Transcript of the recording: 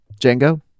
Django